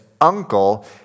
uncle